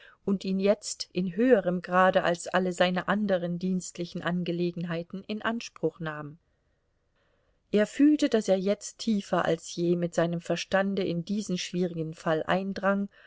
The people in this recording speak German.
und ihn jetzt in höherem grade als alle seine anderen dienstlichen angelegenheiten in anspruch nahm er fühlte daß er jetzt tiefer als je mit seinem verstande in diesen schwierigen fall eindrang